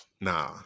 Nah